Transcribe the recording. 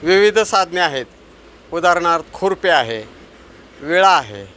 विविध साधने आहेत उदाहरणार्थ खुरपे आहे विळा आहे